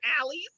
alleys